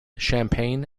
champagne